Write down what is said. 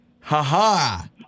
Ha-ha